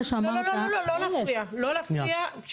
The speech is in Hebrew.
פוגעת זה פציעה קשה